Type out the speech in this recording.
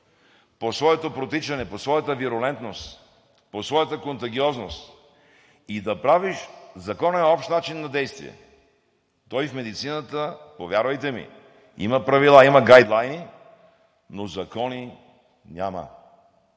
по своето протичане, по своята вирулентност, по своята контагиозност. Законът е общ начин на действие. То и в медицината, повярвайте ми – има правила, има guidеlines, но закони няма.